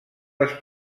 les